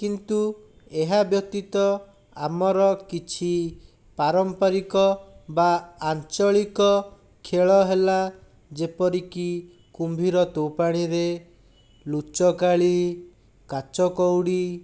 କିନ୍ତୁ ଏହାବ୍ୟତୀତ ଆମର କିଛି ପାରମ୍ପରିକ ବା ଆଞ୍ଚଳିକ ଖେଳ ହେଲା ଯେପରିକି କୁମ୍ଭୀର ତୋ ପାଣିରେ ଲୁଚକାଳି କାଚକଉଡ଼ି